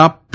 ના પી